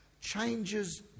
changes